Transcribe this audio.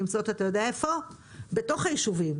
רוב ניידות התנועה נמצאות בתוך הישובים.